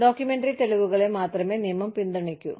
documentary തെളിവുകളെ മാത്രമേ നിയമം പിന്തുണയ്ക്കൂ